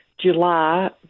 July